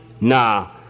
nah